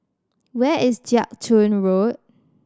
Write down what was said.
where is Jiak Chuan Road